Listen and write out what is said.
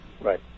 Right